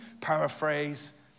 paraphrase